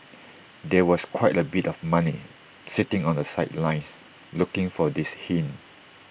there was quite A bit of money sitting on the sidelines looking for this hint